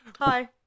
Hi